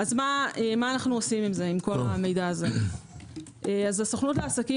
מה עושים עם כל המידע הזה - הסוכנות לעסקים